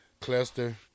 Cluster